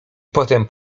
potem